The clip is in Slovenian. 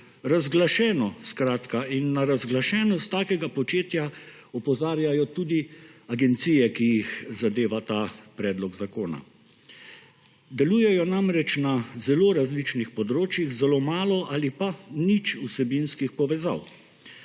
Razglašeno, skratka. In na razglašenost takega početja opozarjajo tudi agencije, ki jih zadeva ta predlog zakona. Delujejo namreč na zelo različnih področjih, zelo malo ali pa nič vsebinskih povezav.